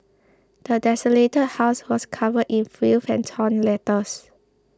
the desolated house was covered in filth and torn letters